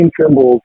Symbols